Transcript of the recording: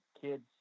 kids